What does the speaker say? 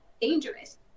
dangerous